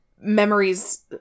memories